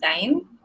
time